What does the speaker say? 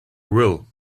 will